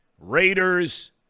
Raiders